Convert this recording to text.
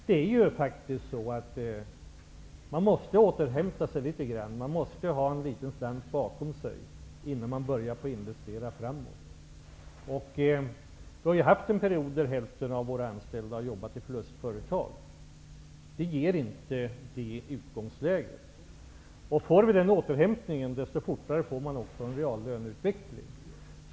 Det är ju faktiskt så att man måste återhämta sig, man måste ha en slant bakom sig innan man börjar investera framåt. Vi har ju haft en period då hälften av våra anställda har arbetat i förlustföretag. Det ger inte det utgångsläget. Ju fortare vi får en återhämtning desto fortare får vi en reallöneutveckling.